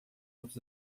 outros